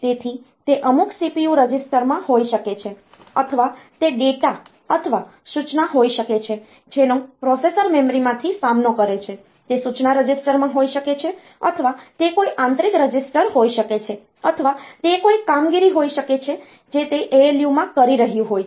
તેથી તે અમુક CPU રજિસ્ટરમાં હોઈ શકે છે અથવા તે ડેટા અથવા સૂચના હોઈ શકે છે જેનો પ્રોસેસર મેમરીમાંથી સામનો કરે છે તે સૂચના રજિસ્ટરમાં હોઈ શકે છે અથવા તે કોઈ આંતરિક રજિસ્ટર હોઈ શકે છે અથવા તે કોઈ કામગીરી હોઈ શકે છે જે તે ALU માં કરી રહ્યું હોય છે